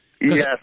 Yes